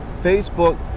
Facebook